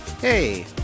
Hey